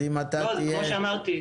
כמו שאמרתי,